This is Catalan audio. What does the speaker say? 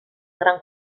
gran